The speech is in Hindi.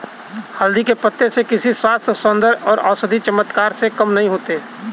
हल्दी के पत्ते किसी स्वास्थ्य, सौंदर्य और औषधीय चमत्कार से कम नहीं होते